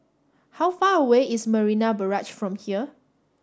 how far away is Marina Barrage from here